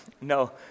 no